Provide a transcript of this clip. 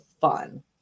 fun